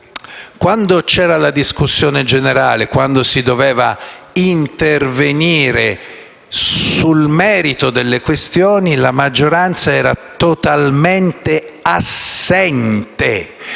quando c'era la discussione generale, quando si doveva intervenire sul merito delle questioni, la maggioranza era totalmente assente.